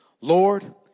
Lord